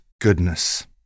Goodness